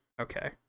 Okay